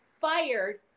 fired